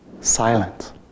silent